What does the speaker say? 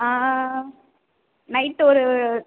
night ஒரு